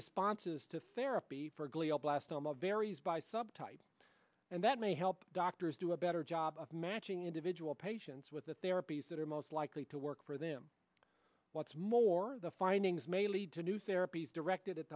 responses to therapy for glioblastoma varies by subtype and that may help doctors do a better job of matching individual patients with the therapies that are most likely to work for them what's more the findings may lead to new therapies directed at